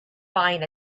buying